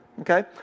Okay